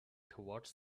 towards